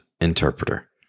interpreter